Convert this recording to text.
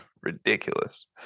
ridiculous